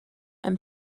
and